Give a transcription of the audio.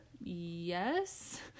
Yes